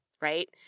right